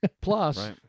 Plus